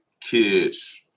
kids